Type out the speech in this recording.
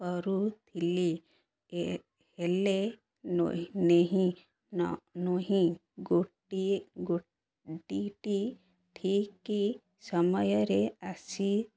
କରୁଥିଲି ହେଲେ ନଁ ନେହିଁ ନଁ ନୁହିଁ ଗୋଟିଏ ଗୋଟି ଠିକି ସମୟରେ ଆସି